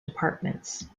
departments